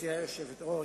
גברתי היושבת-ראש,